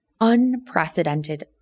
unprecedented